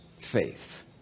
faith